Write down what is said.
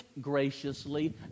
graciously